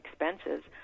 expenses